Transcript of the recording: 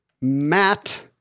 Matt